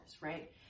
right